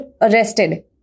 arrested